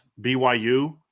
BYU